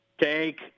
Take